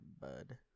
bud